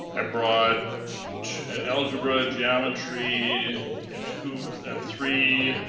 i brought algebra, geometry two and three,